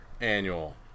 annual